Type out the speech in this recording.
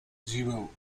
zero